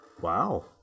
Wow